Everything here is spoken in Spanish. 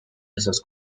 esos